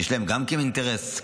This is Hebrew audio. גם להם יש אינטרס,